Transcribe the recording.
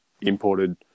imported